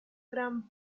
gran